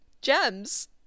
gems